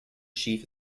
chief